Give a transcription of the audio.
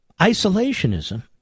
Isolationism